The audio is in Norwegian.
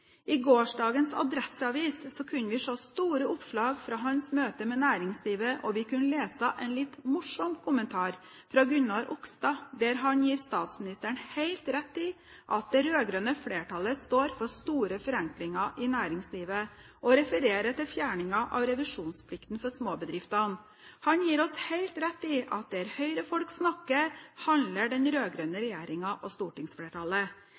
I gårsdagens Adresseavisen kunne vi se store oppslag fra hans møte med næringslivet, og vi kunne lese en litt morsom kommentar fra Gunnar Okstad. Han gir statsministeren helt rett i at det rød-grønne flertallet står for store forenklinger i næringslivet, og refererer til fjerningen av revisjonsplikten til småbedriftene. Han gir oss helt rett i at der Høyre-folk snakker, handler den rød-grønne regjeringen og stortingsflertallet.